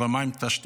אבל מה עם התשתיות?